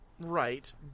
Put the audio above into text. Right